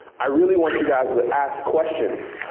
i really want you guys to ask questions.